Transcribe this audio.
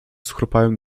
schrupałem